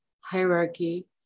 hierarchy